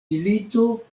milito